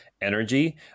energy